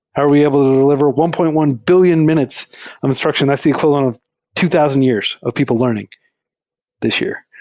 how are we able to deliver one point one billion minutes of instruction that's equal and to two thousand years of people learning this year?